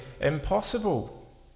impossible